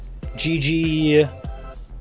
GG